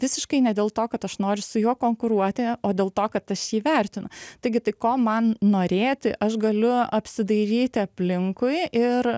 visiškai ne dėl to kad aš noriu su juo konkuruoti o dėl to kad aš jį vertinu taigi tai ko man norėti aš galiu apsidairyti aplinkui ir